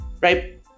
right